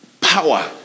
power